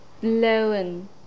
blown